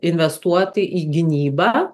investuot į gynybą